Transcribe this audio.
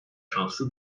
şanslı